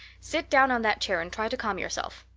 sit down on that chair and try to calm yourself.